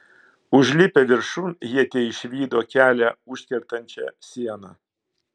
užlipę viršun jie teišvydo kelią užkertančią sieną